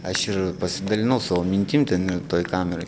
aš ir pasidalinau savo mintim ten toj kameroj